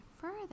further